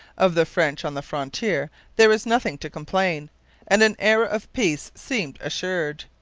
of the french on the frontier there was nothing to complain and an era of peace seemed assured.